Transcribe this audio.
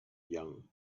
young